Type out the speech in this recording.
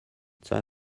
zwei